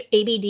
ABD